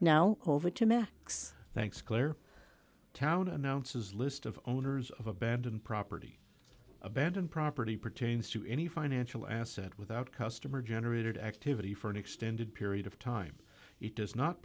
clare town announces list of owners of abandoned property abandoned property pertains to any financial asset without customer generated activity for an extended period of time it does not